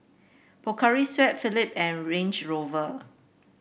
Pocari Sweat Phillip and Range Rover